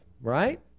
right